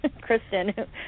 Kristen